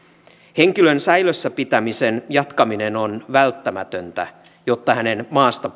henkilön säilössä pitämisen jatkaminen on välttämätöntä jotta hänen maasta